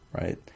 right